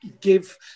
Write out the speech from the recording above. Give